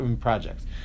projects